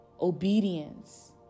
obedience